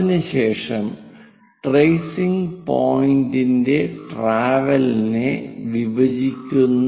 അതിനുശേഷം ട്രേസിംഗ് പോയിന്റിന്റെ ട്രാവൽ നെ വിഭജിക്കുന്നു